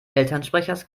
elternsprechers